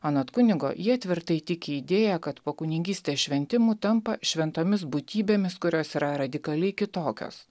anot kunigo jie tvirtai tiki idėja kad po kunigystės šventimų tampa šventomis būtybėmis kurios yra radikaliai kitokios